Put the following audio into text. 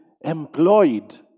employed